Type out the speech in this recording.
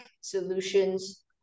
solutions